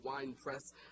winepress